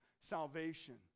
salvation